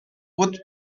would